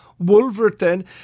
Wolverton